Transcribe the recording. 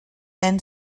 and